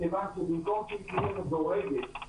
במקום שהיא תהיה מדורגת,